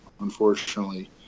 unfortunately